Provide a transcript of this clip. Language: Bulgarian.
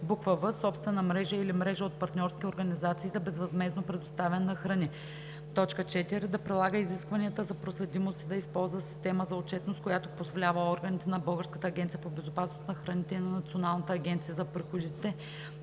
в) собствена мрежа или мрежа от партньорски организации за безвъзмездно предоставяне на храни; 4. да прилага изискванията за проследимост и да използва система за отчетност, която позволява органите на Българската агенция по безопасност на храните и на Националната агенция за приходите